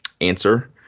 answer